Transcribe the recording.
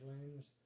lanes